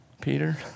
Peter